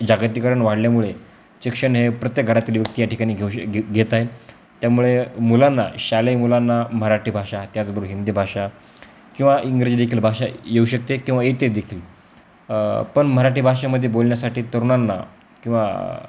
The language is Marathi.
जागतीकरण वाढल्यामुळे शिक्षण हे प्रत्येक घरातील व्यक्ती या ठिकाणी घेऊ श घे घेत आहे त्यामुळे मुलांना शालेय मुलांना मराठी भाषा त्याचबरो हिंदी भाषा किंवा इंग्रजी देखील भाषा येऊ शकते किंवा येते देखील पण मराठी भाषेमध्ये बोलण्यासाठी तरुणांना किंवा